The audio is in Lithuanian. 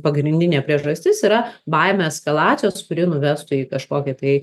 pagrindinė priežastis yra baimė eskalacijos kuri nuvestų į kažkokį tai